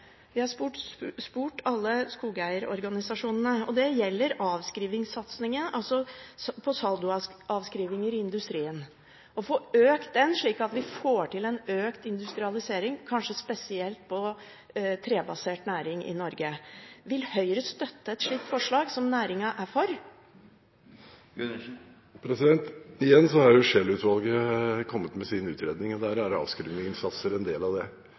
spurt dem. Vi har spurt alle skogeierorganisasjonene. Det gjelder avskrivningssatsene på saldoavskrivninger i industrien. Vi må få økt dem, slik at vi får til en økt industrialisering, kanskje spesielt på trebasert næring i Norge. Vil Høyre støtte et slikt forslag, som næringen er for? Igjen: Scheel-utvalget har kommet med sin utredning, og der er avskrivningssatser en del. Jeg regner med at det